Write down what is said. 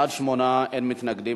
בעד, 8, אין מתנגדים.